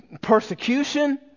persecution